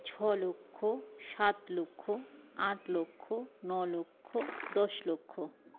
ছ লক্ষ সাত লক্ষ আট লক্ষ ন লক্ষ দশ লক্ষ